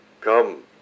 Come